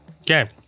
Okay